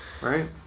right